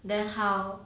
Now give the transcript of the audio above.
then how